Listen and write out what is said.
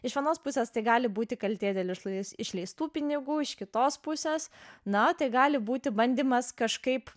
iš vienos pusės tai gali būti kaltė dėl išlais išleistų pinigų iš kitos pusės na tai gali būti bandymas kažkaip